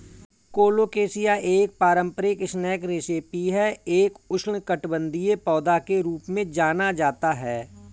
colocasia एक पारंपरिक snack recipe है एक उष्णकटिबंधीय पौधा के रूप में जाना जाता है